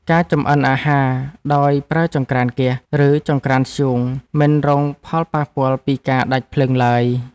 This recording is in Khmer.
ការចម្អិនអាហារដោយប្រើចង្រ្កានហ្គាស ឬចង្រ្កានធ្យូង មិនរងផលប៉ះពាល់ពីការដាច់ភ្លើងឡើយ។